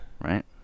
Right